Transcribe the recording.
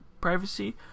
privacy